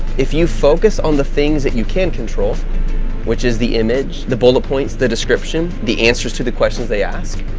if you focus on the things that you can control which is the image, the bullet points the description, the answers to the questions they ask,